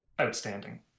outstanding